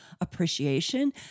appreciation